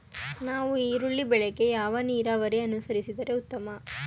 ನಾವು ಈರುಳ್ಳಿ ಬೆಳೆಗೆ ಯಾವ ನೀರಾವರಿ ಅನುಸರಿಸಿದರೆ ಉತ್ತಮ?